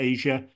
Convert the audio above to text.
Asia